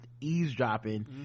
eavesdropping